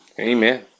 Amen